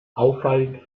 auffallend